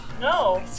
No